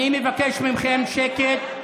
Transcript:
אני מבקש מכם שקט.